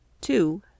two